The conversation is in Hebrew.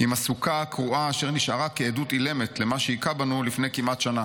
עם הסוכה הקרועה אשר נשארה כעדות אילמת למה שהיכה בנו לפני כמעט שנה"